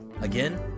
Again